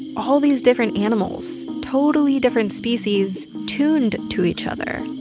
all these different animals, totally different species tuned to each other,